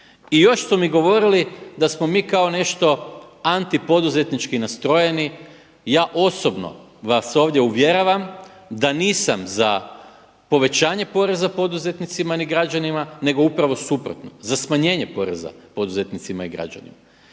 I još su mi govorili da smo mi kao nešto antipoduzetnički nastrojeni, ja osobno vas ovdje uvjeravam da nisam za povećanje poreza poduzetnicima ni građanima nego upravo suprotno, za smanjenje poreza poduzetnicima i građanima.